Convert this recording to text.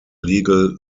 legal